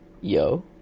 Yo